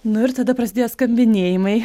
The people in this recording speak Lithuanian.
nu ir tada prasidėjo skambinėjimai